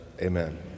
Amen